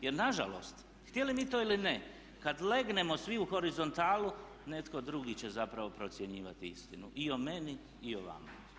Jer na žalost, htjeli mi to ili ne, kad legnemo svi u horizontalu netko drugi će zapravo procjenjivati istinu i o meni i o vama.